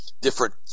different